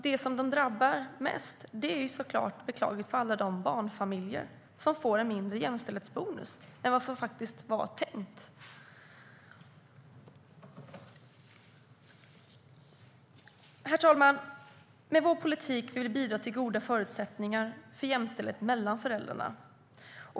De som drabbas mest är beklagligtvis alla de barnfamiljer som får en mindre jämställdhetsbonus än vad som var tänkt. Herr talman! Med vår politik vill vi bidra till goda förutsättningar för jämställdhet mellan föräldrarna.